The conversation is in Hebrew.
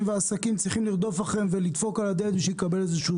והעסקים צריכים לרדוף אחריהם ולדפוק על הדלת שלהם.